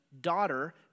daughter